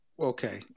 Okay